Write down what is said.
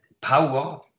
power